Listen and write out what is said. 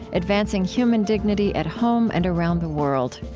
advancing human dignity at home and around the world.